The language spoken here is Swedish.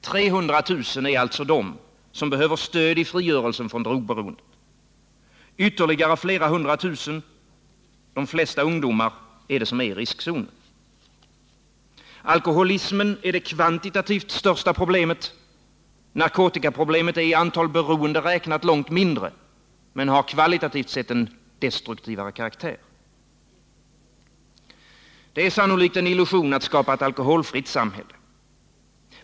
300 000 är de som behöver stöd i frigörelsen från drogberoendet. Ytterligare flera hundra tusen, de flesta ungdomar, är i riskzonen. Alkoholismen är det kvantitativt största problemet. Narkotikaproblemet är i antal beroende räknat långt mindre, men har kvalitativt sett en destruktivare karaktär. Det är sannolikt en illusion att vi skall kunna skapa ett alkoholfritt samhälle.